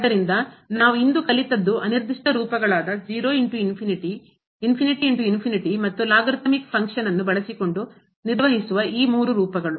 ಆದ್ದರಿಂದ ನಾವು ಇಂದು ಕಲಿತದ್ದು ಅನಿರ್ದಿಷ್ಟ ರೂಪಗಳಾದ ಮತ್ತು ಲಾಗರಿಥಮಿಕ್ function ನ್ನು ಕಾರ್ಯವನ್ನು ಬಳಸಿಕೊಂಡು ನಿರ್ವಹಿಸುವ ಈ ಮೂರು ರೂಪಗಳು